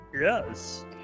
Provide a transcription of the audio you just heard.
Yes